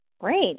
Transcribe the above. Great